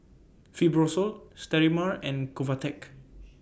Fibrosol Sterimar and Convatec